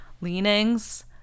leanings